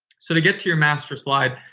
so, to get to your master slide,